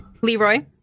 Leroy